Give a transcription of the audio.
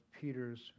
Peter's